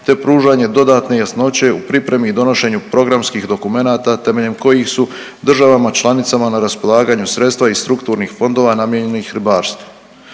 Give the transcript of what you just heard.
te pružanje dodatne jasnoće u pripremi i donošenju programskih dokumenata temeljem kojih su državama članicama na raspolaganju sredstva iz strukturnih fondova namijenjenih ribarstvu.